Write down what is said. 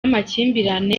amakimbirane